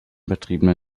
betriebene